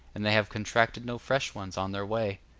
and they have contracted no fresh ones on their way.